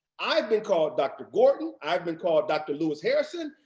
i've been called dr. gordon, i've been called dr. louis harrison,